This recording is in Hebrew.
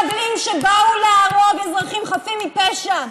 מחבלים שבאו להרוג אזרחים חפים מפשע.